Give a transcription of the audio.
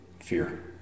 fear